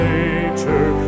nature